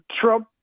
trump